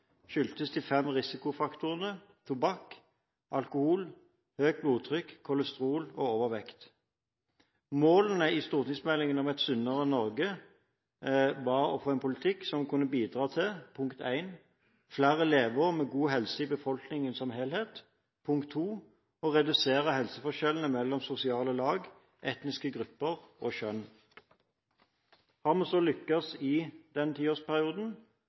skyldes de fem risikofaktorene tobakk, alkohol, høyt blodtrykk, kolesterol og overvekt. Målene i stortingsmeldingen Resept for et sunnere Norge var å få en politikk som kunne bidra til: flere leveår med god helse i befolkningen som helhet å redusere helseforskjeller mellom sosiale lag, etniske grupper og kjønn. Har vi så lyktes i den tiårsperioden?